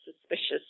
suspicious